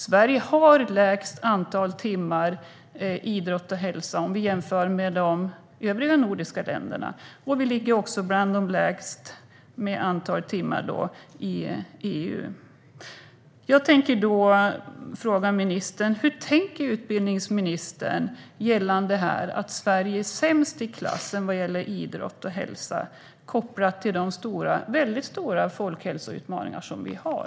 Sverige har lägst antal timmar idrott och hälsa jämfört med de övriga nordiska länderna, och vårt antal timmar är bland de lägsta i EU. Jag vill därför fråga utbildningsministern hur han tänker gällande att Sverige är sämst i klassen i idrott och hälsa kopplat till de väldigt stora folkhälsoutmaningar vi har.